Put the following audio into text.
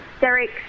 Derek